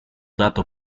dato